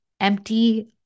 empty